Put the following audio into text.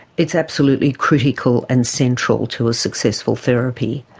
it's absolutely critical and central to a successful therapy.